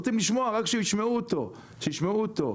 רוצים לשמוע, רק שישמעו אותו, שישמעו אותו.